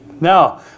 Now